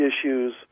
issues